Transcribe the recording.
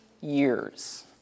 years